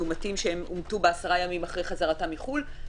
מאומתים שאומתו בעשרה ימים אחרי חזרתם מחו"ל,